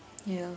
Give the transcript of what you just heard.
ya